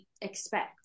expect